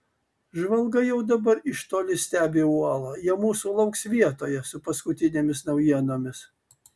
žvalgai jau dabar iš toli stebi uolą jie mūsų lauks vietoje su paskutinėmis naujienomis